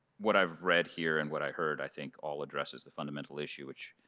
what i have read here and what i heard i think all addresses the fundamental issue which